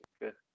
good